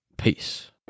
Peace